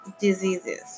diseases